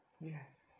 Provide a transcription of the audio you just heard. Yes